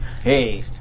hey